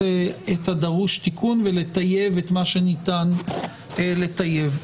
הדרוש תיקון ולטייב את מה שניתן לטייב.